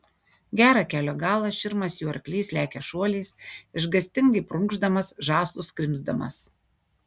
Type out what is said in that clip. gerą kelio galą širmas jų arklys lekia šuoliais išgąstingai prunkšdamas žąslus krimsdamas